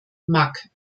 mag